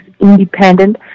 independent